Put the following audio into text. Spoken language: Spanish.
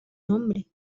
nombre